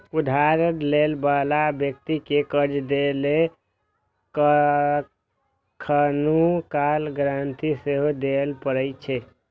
उधार लै बला व्यक्ति कें कर्ज दै लेल कखनहुं काल गारंटी सेहो दियै पड़ै छै